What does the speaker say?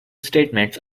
statements